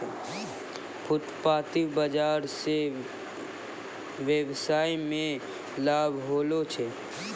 फुटपाटी बाजार स वेवसाय मे लाभ होलो छै